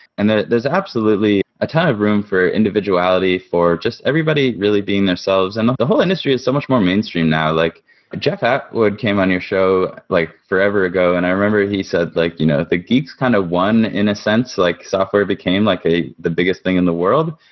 and there's absolutely a ton of room for individuality for just everybody really being themselves. and the the whole industry is so much more mainstream now. like jeff atwood came on your show like forever ago and i remember he said, like you know the geeks kind of won in a sense. like software became like a the biggest thing in the world.